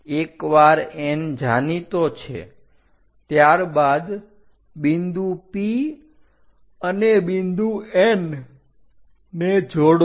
એકવાર N જાણીતો છે ત્યારબાદ બિંદુ P અને બિંદુ N ને જોડો